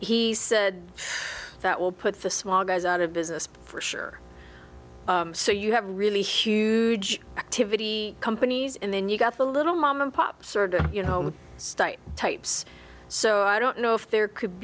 he said that will put the small guys out of business for sure so you have really huge activity companies and then you've got the little mom and pop sort of home state types so i don't know if there could